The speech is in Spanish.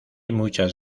muchas